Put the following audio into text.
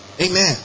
Amen